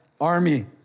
army